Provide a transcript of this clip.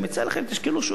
אני מציע לכם: תשקלו שוב.